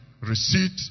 receipt